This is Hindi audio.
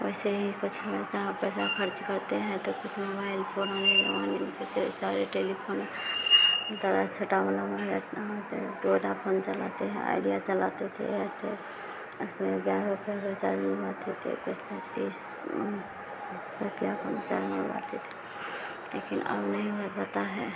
वैसे ही कुछ पैसा हं पैसा ख़र्च करते हैं तो कुछ मोबाइल फ़ोन हमें रिचार्ज और टेलीफोन इस तरह छोटा वाला ना होते तो वोडाफोन चलाते हैं आइडिया चलाते थे एयरटेल इसमें ग्यारह रुपये का रिचार्ज मरवाते थे कुछ में तीस रुपये का रीचार्ज मरवाते थे लेकिन अब नहीं हो पाता है